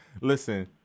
Listen